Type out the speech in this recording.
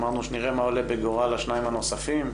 אמרנו שנראה מה עולה בגורל השניים הנוספים,